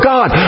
God